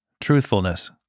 truthfulness